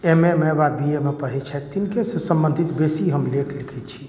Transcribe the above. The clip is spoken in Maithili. एम ए मे वा बी ए मे पढ़ैत छथि तिनकेसँ सम्बन्धित बेसी हम लेख लिखैत छी